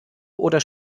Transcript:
oder